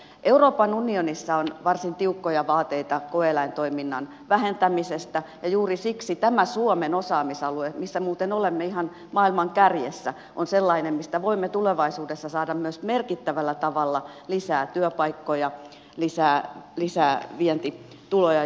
euroopan unionissa on varsin tiukkoja vaateita koe eläintoiminnan vähentämisestä ja juuri siksi tämä suomen osaamisalue missä muuten olemme ihan maailman kärjessä on sellainen mistä voimme tulevaisuudessa saada merkittävällä tavalla myös lisää työpaikkoja lisää vientituloja jopa